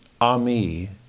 Ami